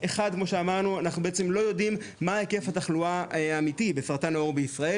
דבר ראשון אנחנו לא יודעים מהו היקף התחלואה האמיתי בסרטן העור בישראל,